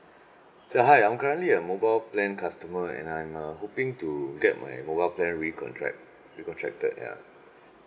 so hi I'm currently a mobile plan customer and I'm uh hoping to get my mobile plan re-contract re-contracted ya